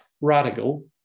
Radical